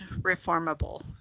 reformable